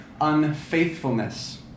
unfaithfulness